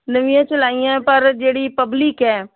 ਨਵੀਆਂ ਚਲਾਈਆਂ ਪਰ ਜਿਹੜੀ ਪਬਲਿਕ ਹੈ